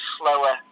slower